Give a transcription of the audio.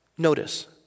Notice